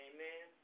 Amen